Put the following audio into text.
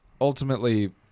ultimately